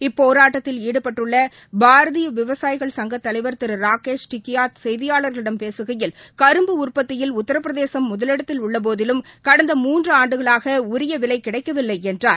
இப்போராட்டத்தில் ஈடுபட்டள்ளபாரதீயவிவசாயிகள் திருராகேஷ் டிக்கியாத் செய்தியாளர்களிடம் பேசுகையில் கரும்பு உற்பத்தியில் உத்திரபிரதேசம் முதலிடத்தில் உள்ளபோதிலும் கடந்த மூன்றுஆண்டுகளாகஉரியவிலைகிடைக்கவில்லைஎன்றார்